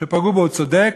הוא צודק,